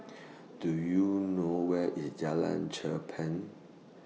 Do YOU know Where IS Jalan Cherpen